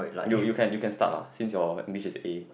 you you can you can start lah since your image is A